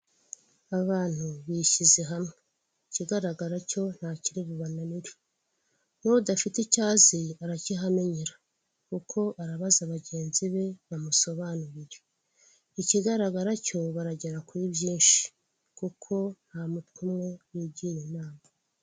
Abantu bishyize hamwe ikigaragara cyo ntakiri bubananirwa, n'udafite icyo azi arakihamenyera kuko arabaza bagenzi be bamusobanurire, ikigaragara cyo baragera kuri byinshi kuko nta mutwe umwe wigira inama.